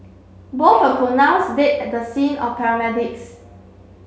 both were pronounced dead at the scene of paramedics